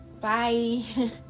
Bye